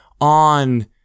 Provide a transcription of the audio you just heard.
on